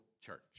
church